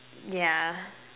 yeah